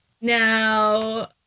Now